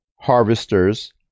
harvesters